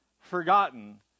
forgotten